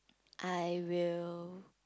I will